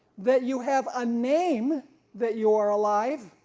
that you have a name that you are alive,